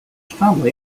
family